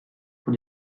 pour